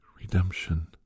redemption